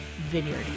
Vineyard